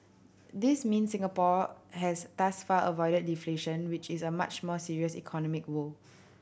this mean Singapore has thus far avoided deflation which is a much more serious economic woe